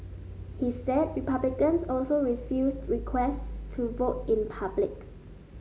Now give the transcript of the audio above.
he said Republicans also refused requests to vote in public